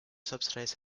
subsidized